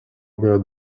augo